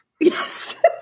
Yes